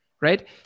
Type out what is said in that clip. right